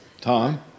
Tom